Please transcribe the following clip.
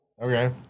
Okay